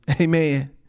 Amen